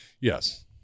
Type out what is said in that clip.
Yes